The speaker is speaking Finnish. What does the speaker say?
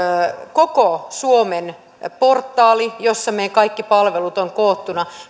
koko suomen portaali jossa meidän kaikki palvelumme ovat koottuina